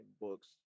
books